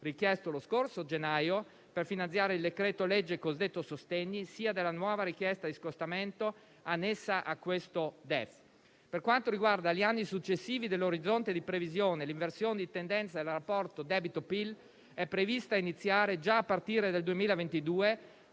richiesto lo scorso gennaio per finanziare il decreto-legge cosiddetto "sostegni", sia della nuova richiesta di scostamento annessa a questo DEF. Per quanto riguarda gli anni successivi dell'orizzonte di previsione fino al 2024, l'inversione di tendenza del rapporto debito/PIL inizia già a partire dal 2022,